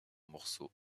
morceau